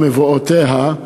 ומבואותיה,